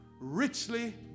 richly